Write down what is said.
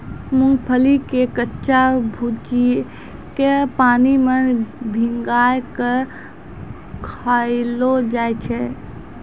मूंगफली के कच्चा भूजिके पानी मे भिंगाय कय खायलो जाय छै